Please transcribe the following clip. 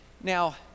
Now